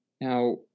Now